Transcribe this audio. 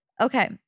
Okay